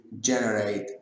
generate